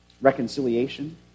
reconciliation